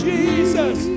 Jesus